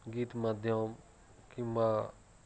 ଗୀତ୍ ମାଧ୍ୟମ୍ କିମ୍ବା